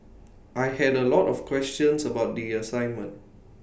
I had A lot of questions about the assignment